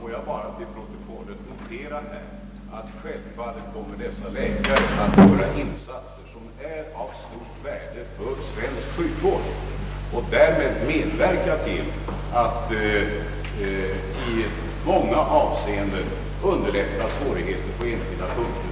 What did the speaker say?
Herr talman! Får jag bara till protokollet notera att dessa läkare självfallet kommer att göra insatser av stort värde för svensk sjukvård och därmed medverka till att i många avseenden förbättra sjukhusens situation på enskilda punkter.